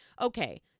okay